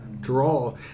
draw